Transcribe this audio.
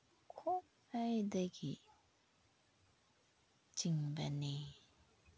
ꯈ꯭ꯋꯥꯏꯗꯒꯤ ꯆꯤꯡꯕꯅꯤ